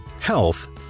health